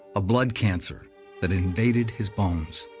a blood cancer that invaded his bones.